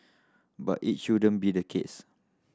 but it shouldn't be the case